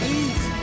eat